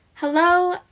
Hello